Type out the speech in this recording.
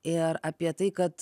ir apie tai kad